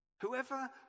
whoever